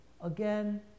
again